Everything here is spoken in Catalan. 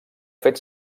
fet